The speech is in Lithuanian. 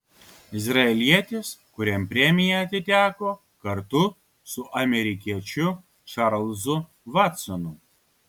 izraelietis kuriam premija atiteko kartu su amerikiečiu čarlzu vatsonu